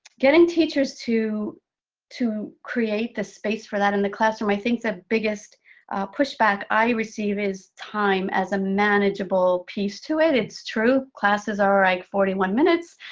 getting teachers to to create the space for that in the classroom, i think the biggest push back i receive is time as a manageable piece to it. it's true, classes are like forty one minutes,